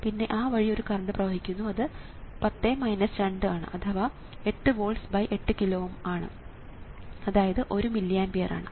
പിന്നെ ആ വഴി ഒരു കറണ്ട് പ്രവഹിക്കുന്നു അത് 10 2 ആണ് അഥവാ 8 വോൾട്സ് 8 കിലോ Ω അതായത് 1 മില്ലി ആമ്പിയർ ആണ്